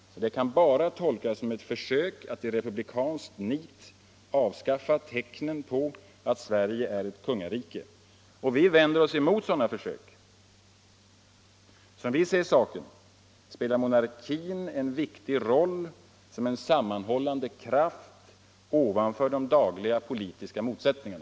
Detta kan bara tolkas som ett försök att i republikanskt — ser om att Sverige nit avskaffa tecknen på att Sverige är ett kungarike. Vi vänder oss emot = är en monarki sådana försök. Som vi ser saken spelar monarkin en viktig roll som en sammanhållande kraft ovanför de dagliga politiska motsättningarna.